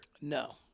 No